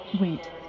wait